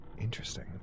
Interesting